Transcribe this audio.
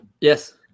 Yes